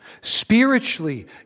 Spiritually